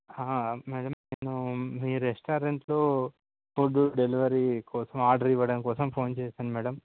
madam నేను మీ రెస్టారెంట్లో ఫుడ్డు డెలివరీ కోసం ఆర్డర్ ఇవ్వడం కోసం ఫోన్ చేశాను మేడమ్